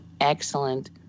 excellent